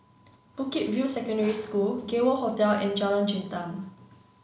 Bukit View Secondary School Gay World Hotel and Jalan Jintan